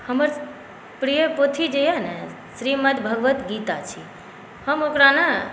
हमर प्रिय पोथी जे यए ने श्रीमद्भागवत गीता छी हम ओकरा ने